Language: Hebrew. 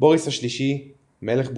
בוריס השלישי, מלך בולגריה,